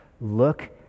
look